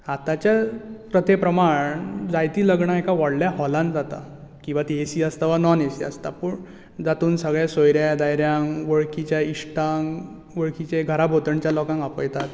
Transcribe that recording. आताच्या प्रथे प्रमाण जायतीं लग्नां एका व्हडल्या हाॅलांत जाता किंवां तीं एसी आसता वा नाॅन एसी आसता पूण जातूंत सगळ्या सोयऱ्या धायऱ्यांक वळखीच्या इश्टांक वळखीच्या घरा भोंवतणच्या लोकांक आपयतात